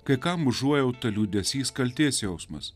kai kam užuojauta liūdesys kaltės jausmas